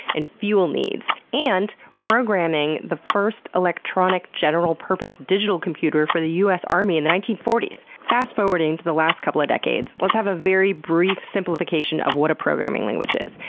and fuel needs, and programming the first electronic general-purpose digital computer for the us army in the nineteen forty s! fast-forwarding to the last couple of decades, let's have a very brief simplification of what a programming language is.